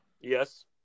Yes